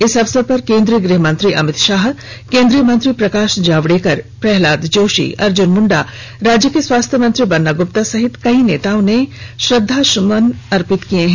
इस अवसर पर केंद्रीय गृह मंत्री अमित शाह केंद्रीय मंत्री प्रकाश जावड़ेकर प्रह्लाद जोशी अर्जुन मुंडा राज्य के स्वास्थ्य मंत्री बन्ना गुप्ता समेत कई नेताओं ने अपना श्रद्धा सुमन अर्पित किया है